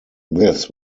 this